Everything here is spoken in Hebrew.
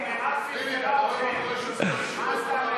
2017,